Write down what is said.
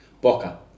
Boca